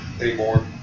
anymore